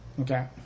Okay